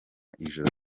ijoro